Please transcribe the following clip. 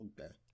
Okay